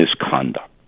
misconduct